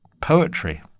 poetry